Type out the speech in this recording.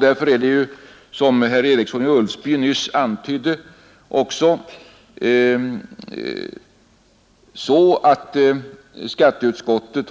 Därför har, som herr Eriksson i Ulfsbyn nyss antydde, skatteutskottet